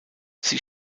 sie